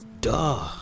duh